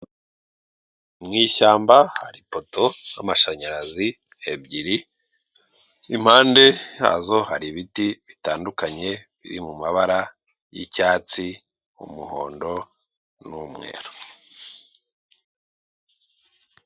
Mu ishyamba hari poto z'amashanyarazi ebyiri, impande hazo hari ibiti bitandukanye biri mu mabara y'icyatsi, umuhondo n'umweru.